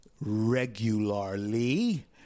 regularly